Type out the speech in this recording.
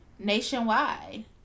nationwide